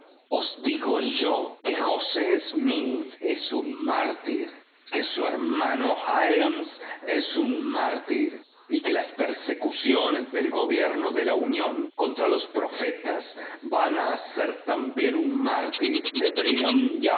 os digo yo que joe smith es un mártir que su hermano hyrames es un mártir y que las persecuciones del gobierno de la unión contra los profetas van a hacer también un mártir